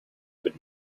would